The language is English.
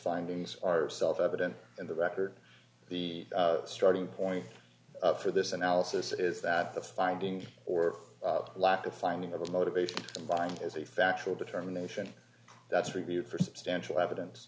findings are self evident in the record the starting point for this analysis is that the finding or lack of finding the motivation behind it is a factual determination that's reviewed for substantial evidence